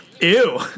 Ew